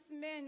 men